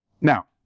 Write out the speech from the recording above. Now